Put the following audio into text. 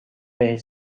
بهش